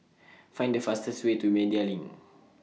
Find The fastest Way to Media LINK